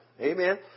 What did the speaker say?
Amen